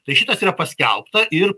tai šitas yra paskelbta ir